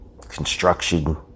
construction